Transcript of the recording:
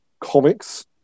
Comics